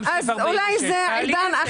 פניות לאישור לעניין סעיף 46. אולי זה עידן אחר.